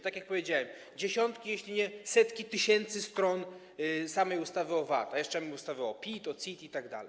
Tak jak powiedziałem, dziesiątki, jeśli nie setki tysięcy stron samej ustawy o VAT, a jeszcze mamy ustawy o PIT, o CIT itd.